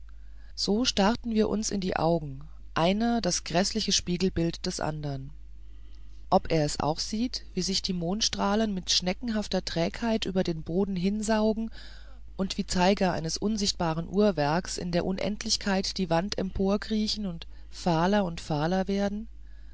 so starrten wir uns in die augen einer das gräßliche spiegelbild des andern ob er es auch sieht wie sich die mondstrahlen mit schneckenhafter trägheit über den boden hinsaugen und wie zeiger eines unsichtbaren uhrwerks in der unendlichkeit die wand emporkriechen und fahler und fahler werden